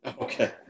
Okay